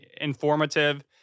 informative